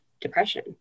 depression